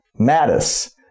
Mattis